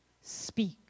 speak